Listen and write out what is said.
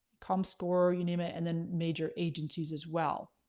comscore, you name it and then major agencies as well.